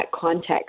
context